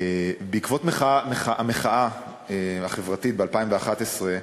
בעקבות המחאה החברתית ב-2011,